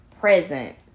present